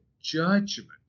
judgment